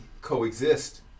coexist